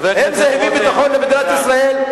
האם זה הביא ביטחון למדינת ישראל?